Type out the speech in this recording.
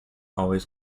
always